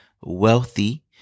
wealthy